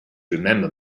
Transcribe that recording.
remember